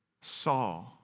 saw